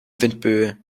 windböe